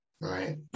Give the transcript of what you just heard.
right